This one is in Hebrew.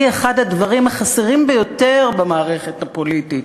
היא אחד הדברים החסרים ביותר במערכת הפוליטית.